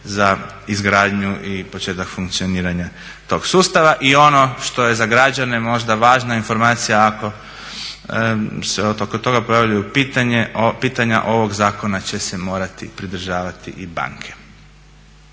za izgradnju i početak funkcioniranja tog sustava. I ono što je za građane možda važna informacija ako se oko toga pojavljuju pitanja ovog zakona će se morati pridržavati i banke.